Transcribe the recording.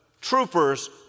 troopers